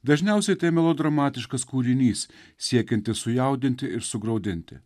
dažniausiai tai melodramatiškas kūrinys siekiantis sujaudinti ir sugraudinti